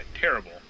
terrible